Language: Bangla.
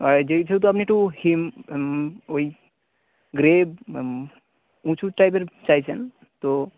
আর আপনি একটু ওই গ্রে উঁচু টাইপের চাইছেন তো